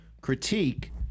critique